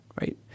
right